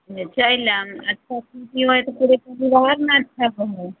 चलि आयब अच्छा खेती करबै तकर बाद ने अच्छासँ हैत